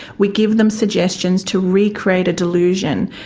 we give them suggestions to recreate a delusion.